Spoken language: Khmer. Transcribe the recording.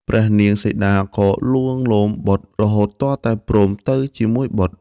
ព្រះនាងសីតា ក៏លួងលោមបុត្រ រហូតទាល់តែព្រមទៅជាមួយបុត្រ។